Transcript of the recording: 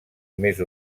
més